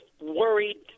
worried